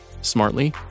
smartly